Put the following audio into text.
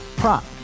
prop